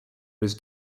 was